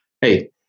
Hey